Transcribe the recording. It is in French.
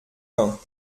vingt